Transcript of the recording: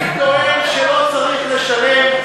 אני טוען שלא צריך לשלם,